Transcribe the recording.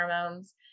hormones